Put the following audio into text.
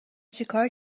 چیکار